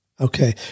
Okay